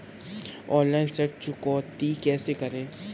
Online ऋण चुकौती कैसे करें?